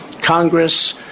Congress